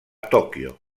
tòquio